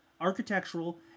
architectural